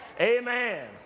amen